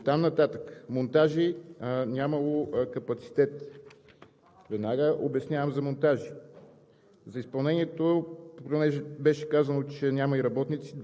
За година и половина. Точно така. Оттам нататък – „Монтажи“ нямало капацитет. Веднага обяснявам за „Монтажи“.